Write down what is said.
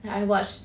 I watched